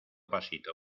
pasito